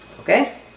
Okay